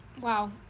wow